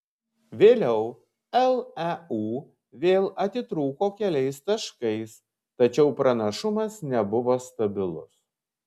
vėliau leu vėl atitrūko keliais taškais tačiau pranašumas nebuvo stabilus